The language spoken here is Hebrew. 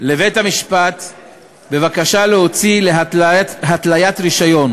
לבית-המשפט בבקשה להוציא התליית רישיון